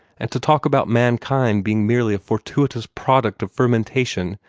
and to talk about mankind being merely a fortuitous product of fermentation,